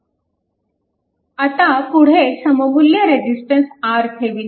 आता पुढे सममुल्य रेजिस्टन्स RThevenin